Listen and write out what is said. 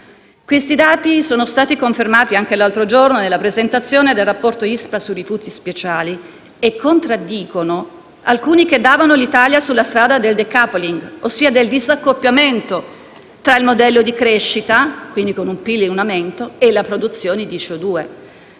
Questi dati sono stati confermati anche qualche giorno fa nella presentazione del rapporto ISPRA sui rifiuti speciali e contraddicono alcuni che davano l'Italia sulla strada del *decoupling,* ossia del disaccoppiamento tra il modello di crescita (con un PIL in aumento) e la produzione di CO2.